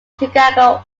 chicago